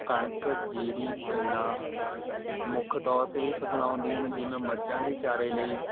ਕਣਕ ਜੀਰੀ ਗੰਨਾ ਮੁੱਖ ਤੌਰ 'ਤੇ ਫਸਲਾਂ ਹੁੰਦੀਆਂ ਹਨ ਜਿਵੇਂ ਮੱਝਾਂ ਦੇ ਚਾਰੇ ਲਈ